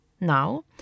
Now